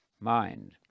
mind